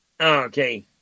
Okay